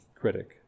critic